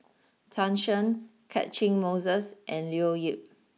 Tan Shen Catchick Moses and Leo Yip